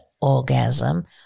orgasm